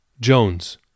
Jones